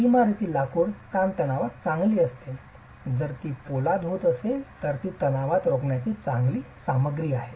इमारती लाकूड ताणतणावात चांगली असते जर ती पोलाद होत असेल तर ती तणाव रोखण्यात चांगली सामग्री आहे